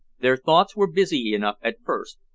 their thoughts were busy enough at first,